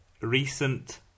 recent